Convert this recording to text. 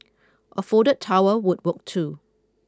a folded towel would work too